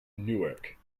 newark